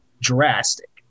drastic